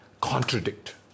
contradict